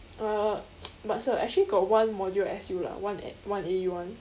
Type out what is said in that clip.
uh but sir actually got one module I S_U lah one one A_U [one]